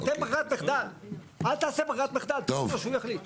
אבל, אל תעשה ברירת מחדל, כדי שהוא יחליט.